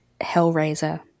Hellraiser